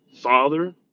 father